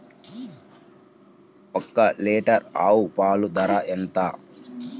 ఒక్క లీటర్ ఆవు పాల ధర ఎంత?